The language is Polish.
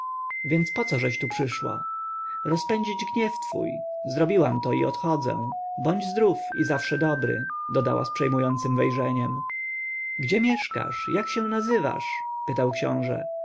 więc pocóżeś tu przyszła rozpędzić gniew twój zrobiłam to i odchodzę bądź zdrów i zawsze dobry dodała z przejmującem wejrzeniem gdzie mieszkasz jak się nazywasz pytał książę